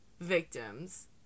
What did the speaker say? victims